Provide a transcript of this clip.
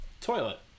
Toilet